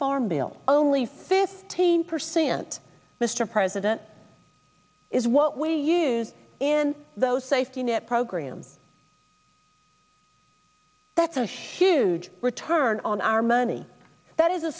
farm bill only fifteen percent mr president is what we use in those safety net programs that's a huge return on our money that is a